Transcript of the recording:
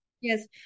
Yes